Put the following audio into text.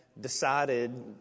decided